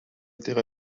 étaient